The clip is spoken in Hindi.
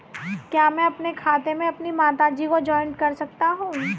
क्या मैं अपने खाते में अपनी माता जी को जॉइंट कर सकता हूँ?